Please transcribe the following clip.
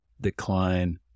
decline